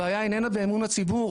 הבעיה איננה באמון הציבור,